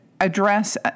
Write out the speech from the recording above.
address